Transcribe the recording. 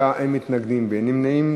בעד 29, אין מתנגדים ואין נמנעים.